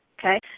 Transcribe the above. okay